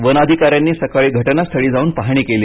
one अधिकाऱ्यानी सकाळी घटनास्थळी जाऊन पाहणी केली